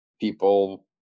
People